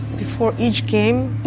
before each game,